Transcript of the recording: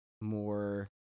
more